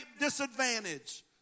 disadvantage